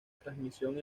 transmisión